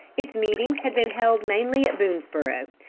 its meetings had been held mainly at boonesborough,